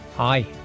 Hi